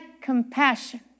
compassion